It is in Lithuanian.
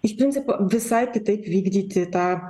iš principo visai kitaip vykdyti tą